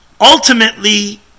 ultimately